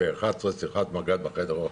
בשעה 11 הייתה שיחת מג"ד בחדר האוכל.